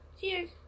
Cheers